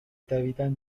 دویدن